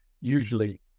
usually